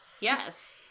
Yes